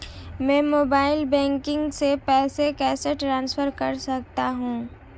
मैं mobile banking से पैसे कैसे ट्रांसफर कर सकता हूं?